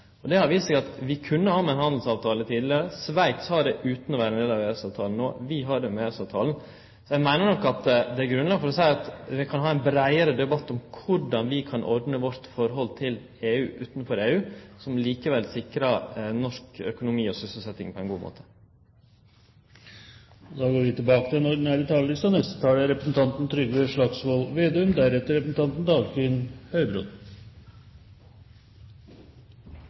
Det har vist seg at det kunne vi ha med ein annan handelsavtale tidlegare. Sveits har det utan EØS-avtalen, og vi har det med EØS-avtalen. Eg meiner nok at det er grunnlag for å seie at vi kan ha ein breiare debatt om korleis vi kan ordne vårt forhold til EU, utanfor EU, som likevel sikrar norsk økonomi og sysselsetjing på ein god måte. Replikkordskiftet er omme. Daglig kommer det nye oppdateringer om eurokrisen. Bildene vi